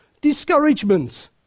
Discouragement